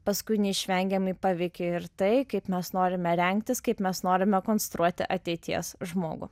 paskui neišvengiamai paveikia ir tai kaip mes norime rengtis kaip mes norime konstruoti ateities žmogų